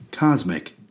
Cosmic